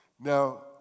Now